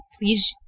please